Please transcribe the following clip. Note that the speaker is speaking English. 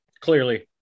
Clearly